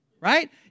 right